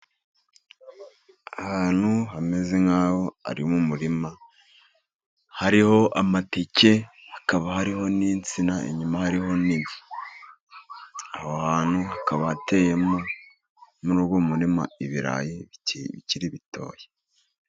Ahantu hameze nk'aho ari mu murima. Hariho amateke, hakaba hariho n'insina. Inyuma hariho n'inzu. Hakaba teyemo muri uyu murima, ibirayi bikiri bitoya.